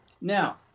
Now